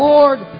Lord